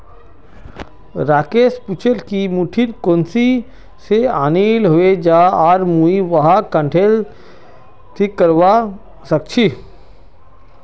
राकेश पूछिल् कि मिट्टी कुठिन से आनिल हैये जा से आर मुई वहाक् कँहे ठीक करवा सक छि